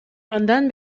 андан